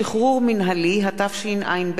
(שחרור מינהלי), התשע”ב